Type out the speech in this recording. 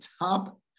top